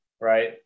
right